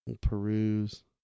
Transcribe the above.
Peruse